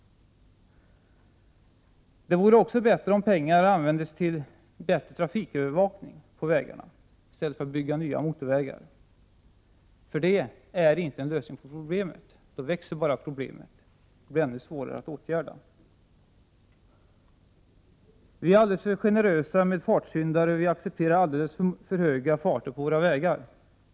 Det vore också bättre om pengar användes till trafikövervakning på vägarna i stället för till nya motorvägar, eftersom det inte är en lösning på problemet — problemet växer bara och blir ännu svårare att åtgärda. Vi är alldeles för generösa med fartsyndare, och vi accepterar alldeles för höga farter på vägarna.